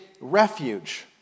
refuge